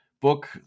book